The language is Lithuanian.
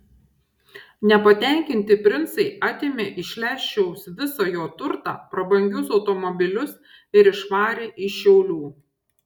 nepatenkinti princai atėmė iš leščiaus visą jo turtą prabangius automobilius ir išvarė iš šiaulių